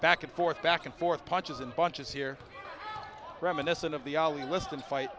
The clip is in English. back and forth back and forth punches and bunches here reminiscent of the ali liston fight